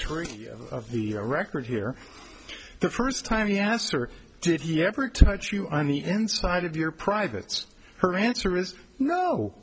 three of the record here the first time yasser did he ever touch you on the inside of your privates her answer is no